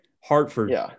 Hartford